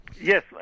Yes